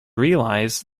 realize